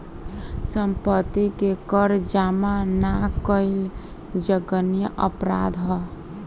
सम्पत्ति के कर जामा ना कईल जघन्य अपराध ह